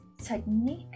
technique